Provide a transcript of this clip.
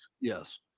yes